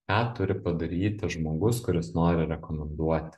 ką turi padaryti žmogus kuris nori rekomenduoti